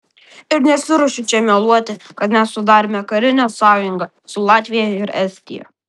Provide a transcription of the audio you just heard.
ir nesiruošiu čia meluoti kad mes sudarėme karinę sąjungą su latvija ir estija